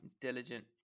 diligent